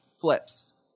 flips